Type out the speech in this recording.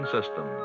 System